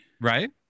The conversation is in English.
Right